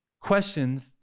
questions